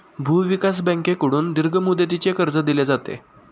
भूविकास बँकेकडून दीर्घ मुदतीचे कर्ज दिले जाते